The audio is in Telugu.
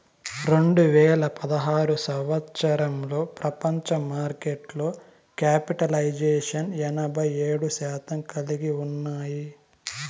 రెండు వేల పదహారు సంవచ్చరంలో ప్రపంచ మార్కెట్లో క్యాపిటలైజేషన్ ఎనభై ఏడు శాతం కలిగి ఉన్నాయి